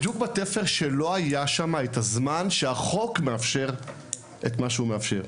בדיוק בנקודת הזמן שבה לא היה את החוק שמאפשר את מה שהוא מאפשר.